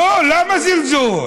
לא, למה זלזול?